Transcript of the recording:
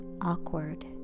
awkward